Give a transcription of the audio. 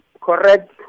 correct